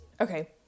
okay